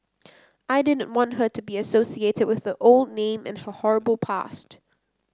I didn't want her to be associated with her old name and her horrible past